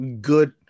good